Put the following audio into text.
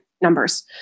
numbers